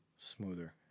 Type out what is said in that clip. smoother